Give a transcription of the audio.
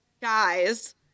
guys